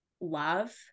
love